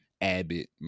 abbott